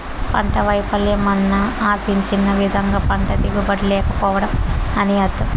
పంట వైపల్యం అంటే ఆశించిన విధంగా పంట దిగుబడి లేకపోవడం అని అర్థం